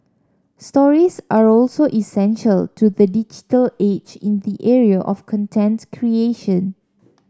stories are also essential to the digital age in the area of contents creation